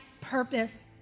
purpose